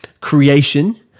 creation